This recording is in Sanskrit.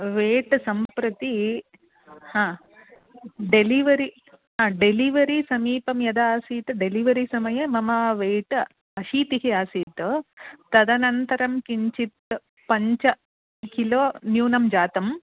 वेट् सम्प्रति हा डेलिवरि डेलिवरि समीपं यदा आसीत् डेलिवरि समये मम वेट् अशीतिः आसीत् तदनन्तरं किञ्चित् पञ्च किलो न्यूनं जातम्